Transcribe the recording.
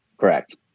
Correct